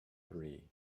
three